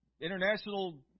international